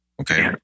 okay